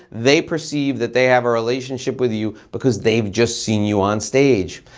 they perceive that they have a relationship with you because they've just seen you on stage.